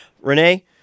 Renee